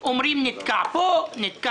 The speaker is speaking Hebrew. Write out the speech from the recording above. אומרים: נתקע פה, נתקע שם.